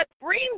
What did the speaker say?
bring